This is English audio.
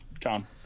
Tom